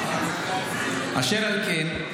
אשר על כן,